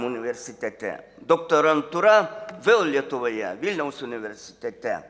universitete doktorantūra vėl lietuvoje vilniaus universitete